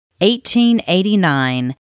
1889